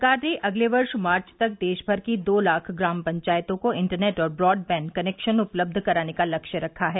सरकार ने अगले वर्ष मार्च तक देश भर की दो लाख ग्राम पंचायतों को इंटरनेट और ब्रॉडबैंड कनेक्शन उपलब्ध कराने का लक्ष्य रखा है